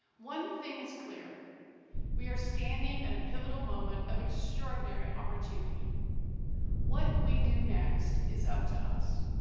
one thing is clear we are standing at a pivotal moment of extraordinary opportunity what we do next is up to us